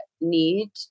need